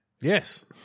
Yes